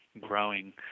Growing